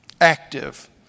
active